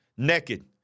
Naked